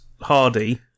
Hardy